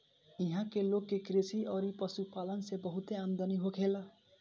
इहां के लोग के कृषि अउरी पशुपालन से बहुते आमदनी होखेला